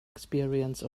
experience